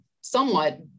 somewhat